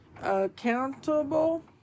Accountable